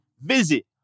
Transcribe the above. visit